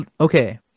okay